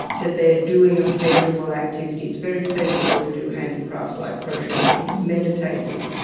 that they are doing a pleasurable activity. it's very pleasurable to do handicrafts like crochet. it's meditative,